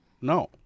no